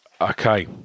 Okay